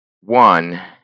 one